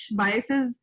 biases